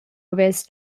havess